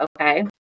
okay